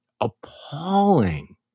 appalling